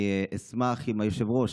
אני אשמח אם היושב-ראש,